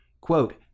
quote